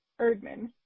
Erdman